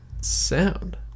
sound